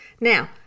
Now